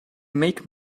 make